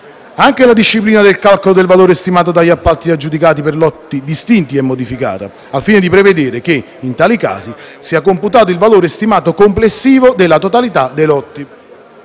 Anche la disciplina del calcolo del valore stimato degli appalti aggiudicati per lotti distinti è modificata, al fine di prevedere che, in tali casi, sia computato il valore stimato complessivo della totalità dei lotti.